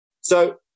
So-